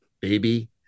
baby